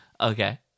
Okay